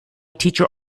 teacher